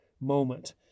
moment